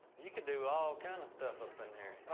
you can do all kind of stuff up in here.